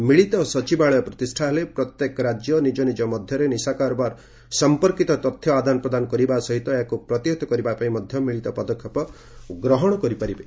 ଏହି ମିଳିତ ସଚିବାଳୟ ପ୍ରତିଷ୍ଠା ହେଲେ ପ୍ରତ୍ୟେକ ରାଜ୍ୟ ନିଜ ନିଜ ମଧ୍ୟରେ ନିଶାକାରବାର ସଂପର୍କିତ ତଥ୍ୟ ଆଦାନ ପ୍ରଦାନ କରିବା ସହିତ ଏହାକୁ ପ୍ରତିହତ କରିବା ପାଇଁ ମିଳିତ ପଦକ୍ଷେପ ଗ୍ରହଣ କରିପାରିବେ